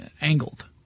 angled